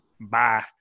bye